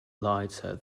lighter